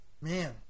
man